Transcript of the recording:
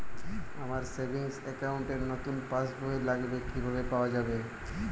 আমার savings account র নতুন পাসবই লাগবে কিভাবে পাওয়া যাবে?